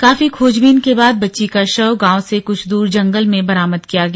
काफी खोजबीन के बाद बच्ची का शव गांव से क्छ दूर जंगल से बरामद किया गया